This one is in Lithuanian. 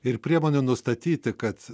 ir priemonė nustatyti kad